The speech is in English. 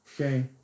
Okay